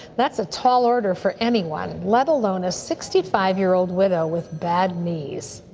that's a tall order for anyone, let alone a sixty five year old widow with bad knees.